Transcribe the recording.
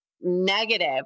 negative